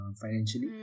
financially